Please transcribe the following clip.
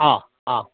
অঁ অঁ